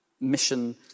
mission